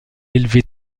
élevé